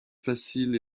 facile